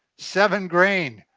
seven-grain,